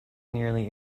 nearly